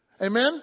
Amen